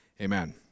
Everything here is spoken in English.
amen